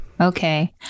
okay